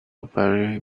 very